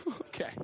Okay